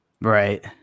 right